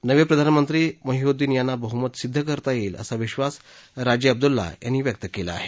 नवे प्रधानमंत्री मुद्बुद्दिन यांना बहुमत सिद्ध करता येईल असा विश्वास राजे अब्दुला यांनी व्यक्त केला आहे